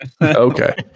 Okay